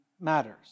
matters